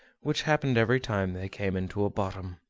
which happened every time they came into a bottom.